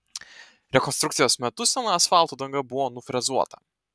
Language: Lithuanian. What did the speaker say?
rekonstrukcijos metu sena asfalto danga buvo nufrezuota